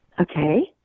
okay